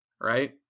right